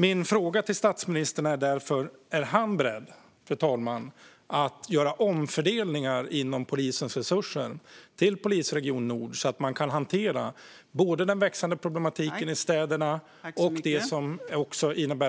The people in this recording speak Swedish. Min fråga till statsministern är därför: Är statsministern beredd att göra omfördelningar inom polisens resurser till Polisregion nord så att man kan hantera både den växande problematiken i städerna och det som